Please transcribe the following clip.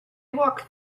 walk